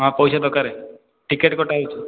ହଁ ପଇସା ଦରକାର ଟିକେଟ୍ କଟା ହେଉଛି